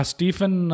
Stephen